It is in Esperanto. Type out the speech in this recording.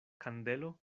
kandelo